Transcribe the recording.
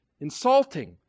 insulting